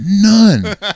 None